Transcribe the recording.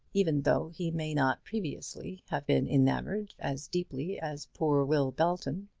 even though he may not previously have been enamoured as deeply as poor will belton?